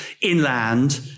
inland